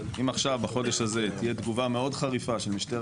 אם עכשיו בחודש הזה תהיה תגובה מאוד חריפה של משטרת